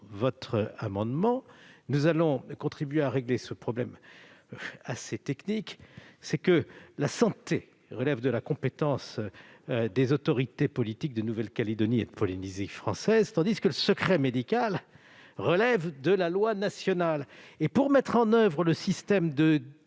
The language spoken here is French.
Gouvernement, nous contribuerons à régler un problème assez technique. La santé relève de la compétence des autorités politiques de Nouvelle-Calédonie et de Polynésie française, tandis que le secret médical relève de la loi nationale. Pour mettre en oeuvre le système